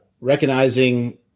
recognizing